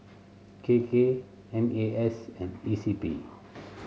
K K N A S and E C P